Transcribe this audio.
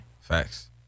facts